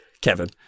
Kevin